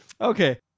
Okay